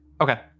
okay